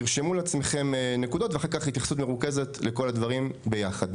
תרשמו לעצמם נקודות ואחר כך התייחסות מרוכזת לכל הדברים ביחד.